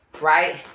Right